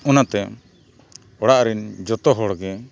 ᱚᱱᱟᱛᱮ ᱚᱲᱟᱜ ᱨᱮᱱ ᱡᱷᱚᱛᱚ ᱦᱚᱲᱜᱮ